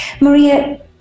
Maria